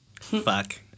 fuck